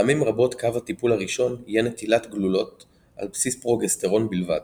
פעמים רבות קו הטיפול הראשון יהיה נטילת גלולות על בסיס פרוגסטרון בלבד,